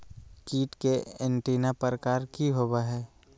कीट के एंटीना प्रकार कि होवय हैय?